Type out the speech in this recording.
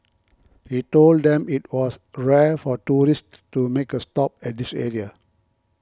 he told them that it was rare for tourists to make a stop at this area